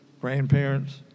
grandparents